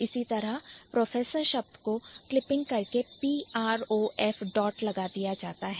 इसी तरह Professor शब्द को Clippingकरके Prof लिखा जाता है